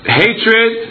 hatred